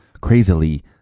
Crazily